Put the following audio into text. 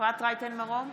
אפרת רייטן מרום,